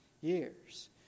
years